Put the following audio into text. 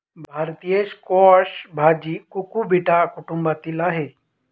भारतीय स्क्वॅश भाजी कुकुबिटा कुटुंबातील आहे